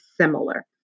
similar